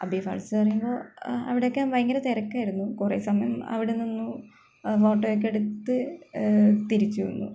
അബ്ബി ഫാള്സ് പറയുമ്പോൾ അവിടെയൊക്കെ ഭയങ്കര തിരക്കായിരുന്നു കുറേ സമയം അവിടെ നിന്നു ഫോട്ടോ ഒക്കെ എടുത്ത് തിരിച്ചു വന്നു